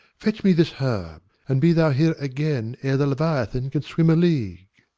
fetch me this herb, and be thou here again ere the leviathan can swim a league.